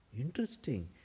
Interesting